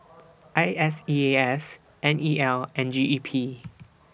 I S E A S N E L and G E P